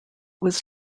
was